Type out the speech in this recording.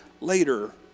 later